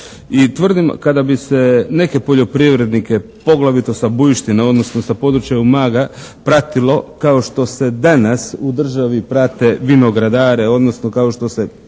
tvrdim kada bi se neke poljoprivrednike, poglavito sa Bujština, odnosno sa područja Umaga pratilo kao što se danas u državi prate vinogradare, odnosno kao što se